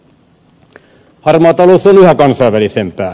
harmaa talous on yhä kansainvälisempää